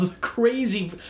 crazy